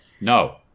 No